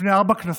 לפני ארבע כנסות.